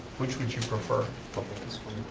which would you prefer